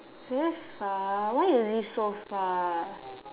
very far why you live so far